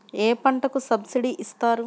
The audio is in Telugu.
ఏ పంటకు సబ్సిడీ ఇస్తారు?